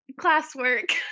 classwork